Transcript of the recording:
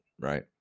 right